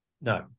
No